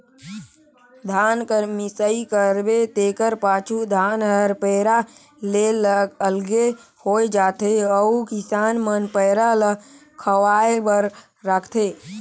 धान कर मिसाई करबे तेकर पाछू धान हर पैरा ले अलगे होए जाथे अउ किसान मन पैरा ल खवाए बर राखथें